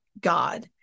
God